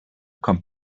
kommt